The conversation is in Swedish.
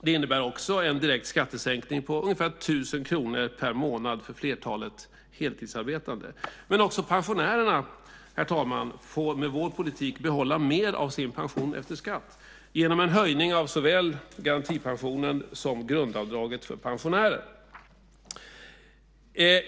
Det innebär också en direkt skattesänkning på ungefär 1 000 kr per månad för flertalet heltidsarbetande. Men också pensionärerna, herr talman, får med vår politik behålla mer av sin pension efter skatt genom en höjning av såväl garantipensionen som grundavdraget för pensionärer.